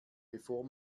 bevor